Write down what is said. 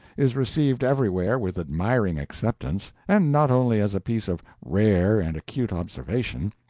is received everywhere with admiring acceptance, and not only as a piece of rare and acute observation,